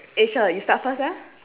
eh shir you start first eh